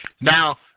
Now